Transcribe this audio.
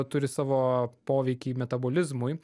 turi savo poveikį metabolizmui